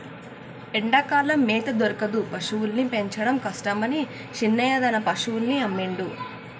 ఎండాకాలం మేత దొరకదు పశువుల్ని పెంచడం కష్టమని శీనయ్య తన పశువుల్ని అమ్మిండు